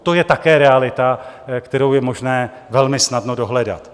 To je také realita, kterou je možné velmi snadno dohledat.